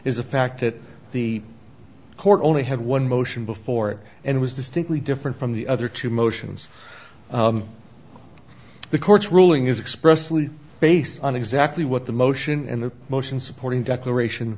is the fact that the court only had one motion before it and was distinctly different from the other two motions the court's ruling is expressed based on exactly what the motion and the motion supporting declaration